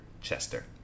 Chester